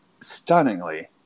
stunningly